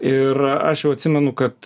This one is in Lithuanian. ir aš jau atsimenu kad